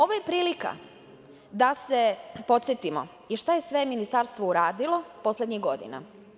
Ovo je prilika da se podsetimo i šta je sve Ministarstvo uradilo poslednjih godina.